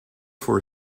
for